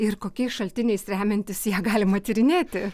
ir kokiais šaltiniais remiantis ją galima tyrinėti